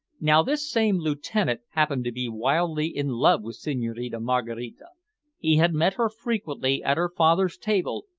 now this same lieutenant happened to be wildly in love with senhorina maraquita. he had met her frequently at her father's table,